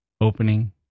Opening